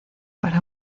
para